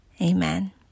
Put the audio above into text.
Amen